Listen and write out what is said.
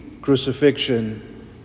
crucifixion